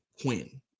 Quinn